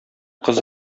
кыз